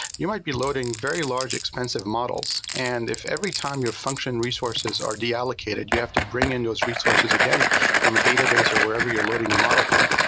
you might be loading very large expensive models and if every time your function resources are deallocated, you have to bring in those resources again from a database or wherever you're loading your model from.